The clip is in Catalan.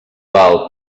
val